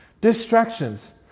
Distractions